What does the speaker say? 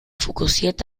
fokussiert